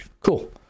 cool